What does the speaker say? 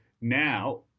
now